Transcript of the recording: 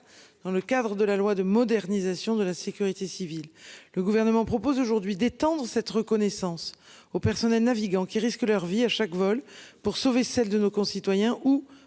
dans le cadre de la loi de modernisation de la sécurité civile. Le gouvernement propose aujourd'hui d'étendre cette reconnaissance au personnel navigant qui risquent leur vie à chaque vol pour sauver celle de nos concitoyens ou